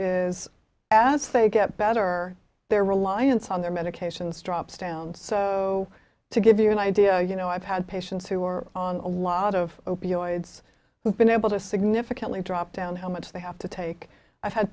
as they get better their reliance on their medications drops down so to give you an idea you know i've had patients who are on a lot of opioids who've been able to significantly drop down how much they have to take i've had